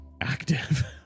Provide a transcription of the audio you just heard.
active